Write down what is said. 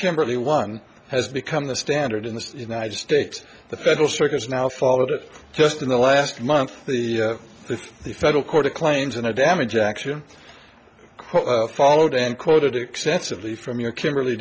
kimberley one has become the standard in the united states the federal circuit is now followed it just in the last month the federal court of claims in a damage action followed and quoted extensively from your kimberl